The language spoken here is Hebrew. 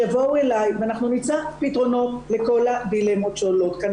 שיבואו אלי ואנחנו נמצא פתרונות לכל הדילמות שעולות כאן,